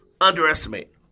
underestimate